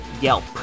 yelp